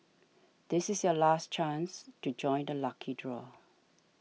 this is your last chance to join the lucky draw